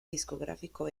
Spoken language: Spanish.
discográfico